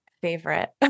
favorite